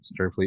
Starfleet